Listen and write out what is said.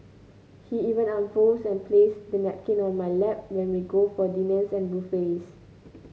he even unfolds and places the napkin on my lap when we go for dinners and buffets